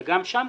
וגם שם,